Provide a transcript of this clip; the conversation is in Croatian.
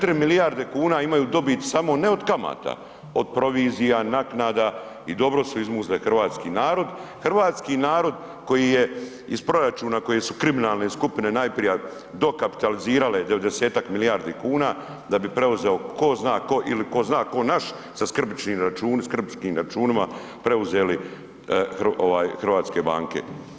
Četiri milijarde kuna imaju dobit samo ne od kamata od provizija, naknada i dobro su izmuzle hrvatski narod, hrvatski narod koji je iz proračuna koje su kriminalne skupine najprije dokapitalizirale 90-ak milijardi kuna da bi preuzeo tko za tko ili tko zna tko naš sa skrbničkim računima preuzeli hrvatske banke.